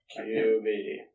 QB